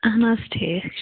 اَہَن حظ ٹھیٖک چھُ